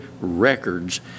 records